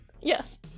yes